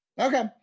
okay